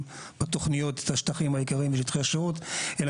בתוכניות את השטחים העיקריים ואת שטחי השירות.